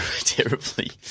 Terribly